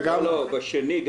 בשני.